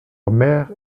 mère